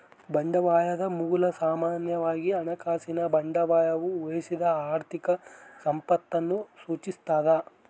ಬಂಡವಾಳದ ಮೂಲ ಸಾಮಾನ್ಯವಾಗಿ ಹಣಕಾಸಿನ ಬಂಡವಾಳವು ಉಳಿಸಿದ ಆರ್ಥಿಕ ಸಂಪತ್ತನ್ನು ಸೂಚಿಸ್ತದ